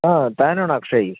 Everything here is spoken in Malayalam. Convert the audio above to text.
ആ താനാണോ അക്ഷയ്